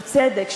של צדק,